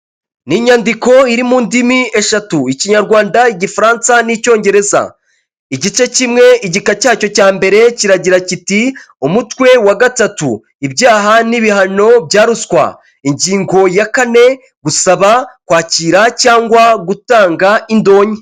Ni inyandiko iri mu ndimi eshatu ikinyarwanda ,igifaransa n'icyongereza ,igice kimwe ,igika cyacyo cya mbere kiragira kiti umutwe wa gatatu ibyaha n'ibihano bya ruswa, ingingo ya kane gusaba kwakira cyangwa gutanga indonke.